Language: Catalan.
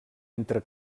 entre